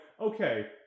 okay